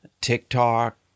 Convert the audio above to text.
TikTok